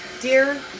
dear